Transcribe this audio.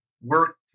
work